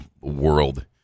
world